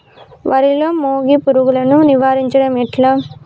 వరిలో మోగి పురుగును నివారించడం ఎట్లా?